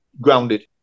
grounded